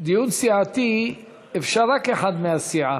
בדיון סיעתי אפשר רק אחד מהסיעה.